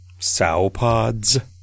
Sowpods